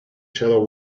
shallow